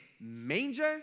manger